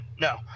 no